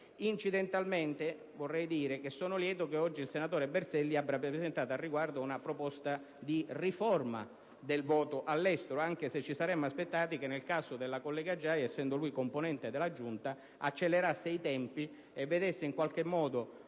Incidentalmente, vorrei dire che sono lieto che oggi il senatore Berselli abbia presentato al riguardo una proposta di riforma del voto all'estero, anche se ci saremmo aspettati che, nel caso della collega Giai, essendo lui componente della Giunta, accelerasse i tempi e vedesse in qualche modo